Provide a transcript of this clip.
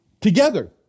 together